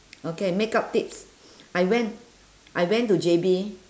okay makeup tips I went I went to J_B